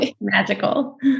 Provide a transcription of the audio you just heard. magical